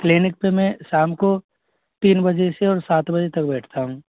clinic पे मैं शाम को तीन बजे से और सात बजे तक बैठता हूँ